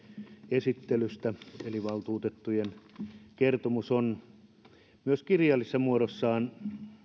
esittelystä valtuutettujen kertomus on myös kirjallisessa muodossaan